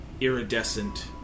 ...iridescent